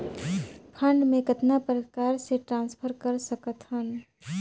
Fund मे कतना प्रकार से ट्रांसफर कर सकत हन?